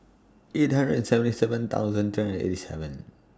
eight hundred and seventy seven thousand three and eighty seven